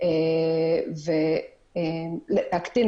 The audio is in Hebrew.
במקום